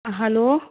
hello